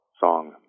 song